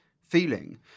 feeling